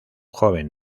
joven